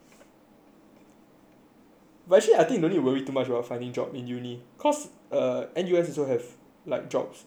but actually don't need to worry too much about finding job in uni cause N_U_S also have like jobs available